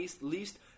least